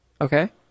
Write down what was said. Okay